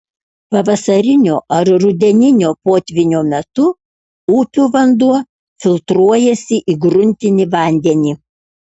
pavasarinio ar rudeninio potvynio metu upių vanduo filtruojasi į gruntinį vandenį